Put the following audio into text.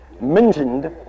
Mentioned